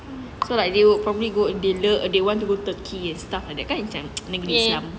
so like they would probably go they lah they want to turkey and stuff like that kan macam negeri sama